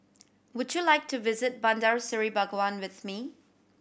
would you like to visit Bandar Seri Begawan with me